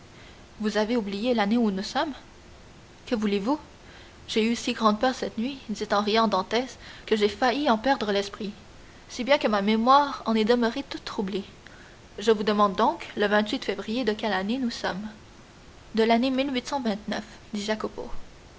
vous avez oublié l'année où nous sommes que voulez-vous j'ai eu si grande peur cette nuit dit en riant dantès que j'ai failli en perdre l'esprit si bien que ma mémoire en est demeurée toute troublée je vous demande donc le février de quelle année nous sommes de l'année